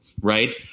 Right